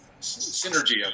synergy